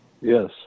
Yes